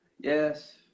Yes